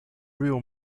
real